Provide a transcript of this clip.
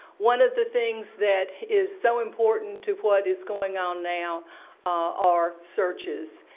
one of the things that is so important to what is going on now are searches.